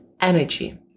energy